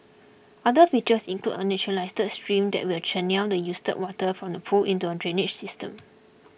other features include a naturalised stream that will channel the used water from the pool into a drainage system